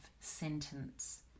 sentence